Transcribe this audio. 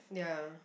ya